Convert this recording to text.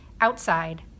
Outside